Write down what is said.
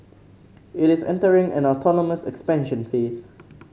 it is entering an autonomous expansion phase